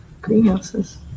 greenhouses